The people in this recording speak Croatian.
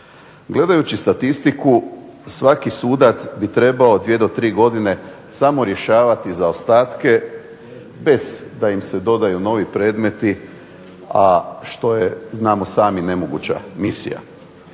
Gledajući statistiku svaki sudac bi trebao dvije do tri godine samo rješavati zaostatke bez da im se dodaju novi predmeti, a što je znamo sami nemoguća misija.